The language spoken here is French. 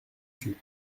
tut